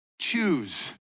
choose